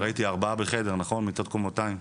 ראיתי, ארבעה בחדר, נכון, מיטות קומותיים.